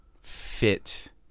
fit